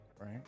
Right